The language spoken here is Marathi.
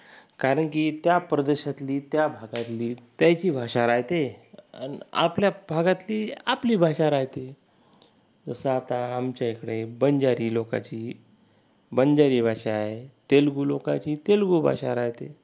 कारण की त्या प्रदेशातली त्या भागातली त्यांची भाषा राहते आणि आपल्या भागातली आपली भाषा राहते जसं आता आमच्या इकडे बंजारी लोकाची बंजारी भाषा आहे तेलगू लोकाची तेलगू भाषा राहते